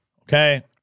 Okay